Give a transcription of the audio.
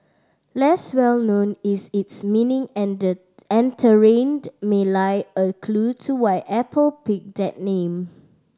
less well known is its meaning and and therein may lie a clue to why Apple picked that name